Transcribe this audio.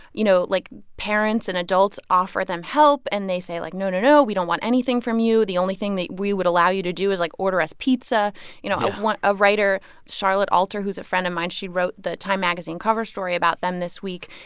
you know, like, parents and adults offer them help. and they say, like, no, no, no. we don't want anything from you. the only thing that we would allow you to do is, like, order us pizza yeah you know, a writer charlotte alter, who's a friend of mine she wrote the time magazine cover story about them this week.